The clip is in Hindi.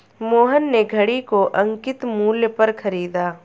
मोहन ने घड़ी को अंकित मूल्य पर खरीदा